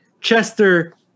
Chester